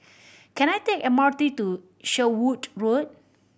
can I take the M R T to Sherwood Road